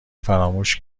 فراموش